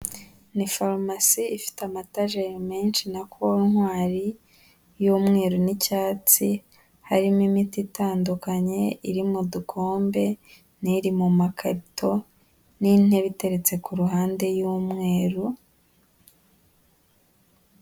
Ni farumasi ifite amatajeri menshi na kontwari y'umweru n'icyatsi, harimo imiti itandukanye, iri mu dukombe n'iri mu makarito n'intebe iteretse ku ruhande y'umweru.